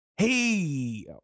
Hey